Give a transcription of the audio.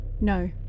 No